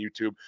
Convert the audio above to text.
YouTube